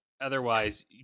otherwise